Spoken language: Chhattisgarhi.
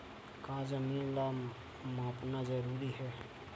का जमीन ला मापना जरूरी हे?